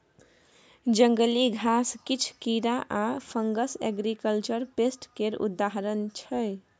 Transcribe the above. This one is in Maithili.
जंगली घास, किछ कीरा आ फंगस एग्रीकल्चर पेस्ट केर उदाहरण छै